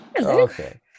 Okay